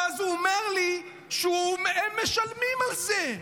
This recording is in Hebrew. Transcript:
ואז הוא אומר לי שהם משלמים על זה.